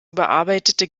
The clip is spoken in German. überarbeitete